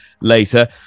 later